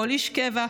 כל איש קבע,